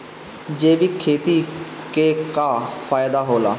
जैविक खेती क का फायदा होला?